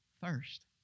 first